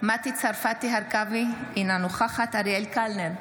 מטי צרפתי הרכבי, אינה נוכחת אריאל קלנר,